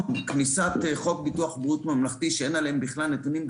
כניסת חוק ביטוח בריאות ממלכתי ושאין עליהן בכלל נתונים.